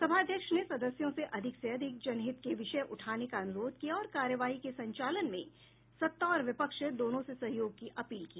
सभाध्यक्ष ने सदस्यों से अधिक से अधिक जनहित के विषय उठाने का अनुरोध किया और कार्यवाही के संचालन में सत्ता और विपक्ष दोनों से सहयोग की अपील की